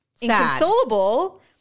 inconsolable